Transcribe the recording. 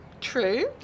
true